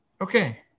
Okay